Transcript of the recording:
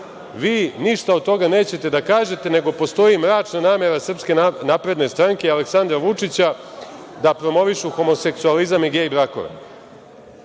ništa od toga nećete da kažete, nego postoji mračna namera SNS, Aleksandra Vučića da promovišu homoseksualizam i gej brakove.